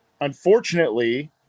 Unfortunately